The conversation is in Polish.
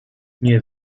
nie